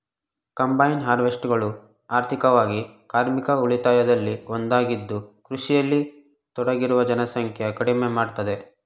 combine ಹಾರ್ವೆಸ್ಟರ್ಗಳು ಆರ್ಥಿಕವಾಗಿ ಕಾರ್ಮಿಕ ಉಳಿತಾಯದಲ್ಲಿ ಒಂದಾಗಿದ್ದು ಕೃಷಿಯಲ್ಲಿ ತೊಡಗಿರುವ ಜನಸಂಖ್ಯೆ ಕಡಿಮೆ ಮಾಡ್ತದೆ